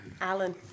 Alan